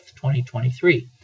2023